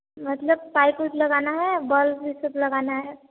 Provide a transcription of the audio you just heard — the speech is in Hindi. मतलब पाइप ऊप लगाना है बल्ब ये सब लगाना है